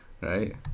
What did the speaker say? Right